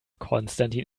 konstantin